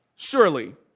surely,